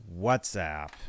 WhatsApp